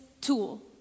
tool